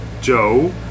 Joe